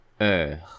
Heure